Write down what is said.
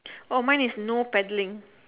oh mine is no paddling